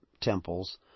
temples